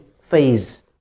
phase